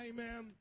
Amen